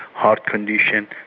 heart condition,